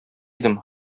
идем